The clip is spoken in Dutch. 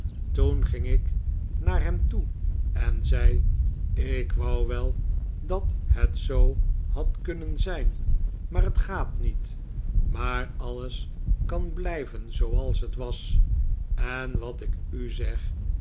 toen ging ik naar hem toe en zei ik wou wel dat het zoo had kunnen zijn maar het gaat niet maar alles kan blijven zooals het was en wat ik u zeg